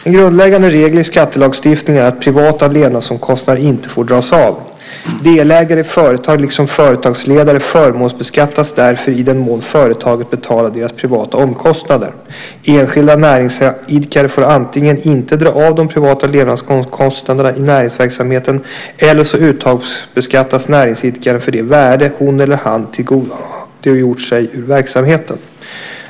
En grundläggande regel i skattelagstiftningen är att privata levnadskostnader inte får dras av. Delägare i företag liksom företagsledare förmånsbeskattas därför i den mån företaget betalar deras privata omkostnader. Enskilda näringsidkare får antingen inte dra av de privata levnadskostnaderna i näringsverksamheten eller så uttagsbeskattas näringsidkaren för det värde hon eller han tillgodogjort sig ur verksamheten.